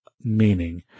meaning